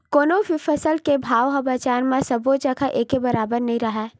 कोनो भी फसल के भाव ह बजार म सबो जघा एके बरोबर नइ राहय